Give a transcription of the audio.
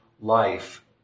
life